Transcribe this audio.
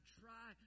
try